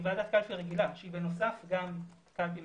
היא ועדת קלפי רגילה שהיא בנוסף גם קלפי מיוחדת.